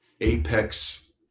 apex